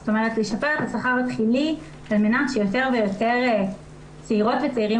זאת אומרת לשפר את השכר התחילי על מנת שיותר ויותר צעירות וצעירים